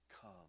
come